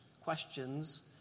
questions